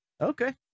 okay